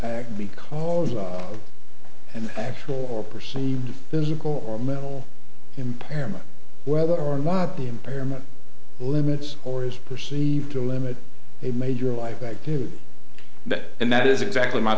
because of an actual or perceived physical or mental impairment whether or not the impairment limits or is perceived to limit a major life back to that and that is exactly my